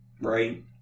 Right